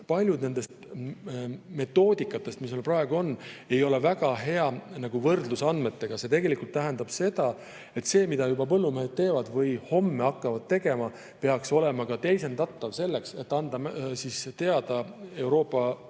paljud nendest metoodikatest, mis meil praegu on, ei ole väga heade võrdlusandmetega. See tähendab seda, et see, mida põllumehed teevad või homme hakkavad tegema, peaks olema teisendatav selleks, et anda teada Euroopa